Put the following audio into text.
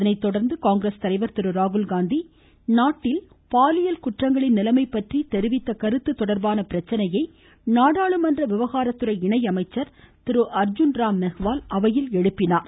அதனை தொடர்ந்து காங்கிரஸ் தலைவர் திரு ராகுல்காந்தி நாட்டில் பாலியல் குற்றங்களின் நிலைமை பற்றி தெரிவித்த கருத்து தொடர்பான பிரச்னையை நாடாளுமன்ற விவகாரத்துறை இணை அமைசச்ர் திரு அர்ஜுன் ராம் மெக்வால் அவையில் எழுப்பினார்